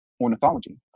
ornithology